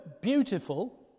beautiful